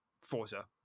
forza